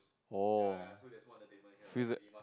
oh feels